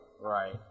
Right